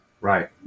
Right